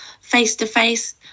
face-to-face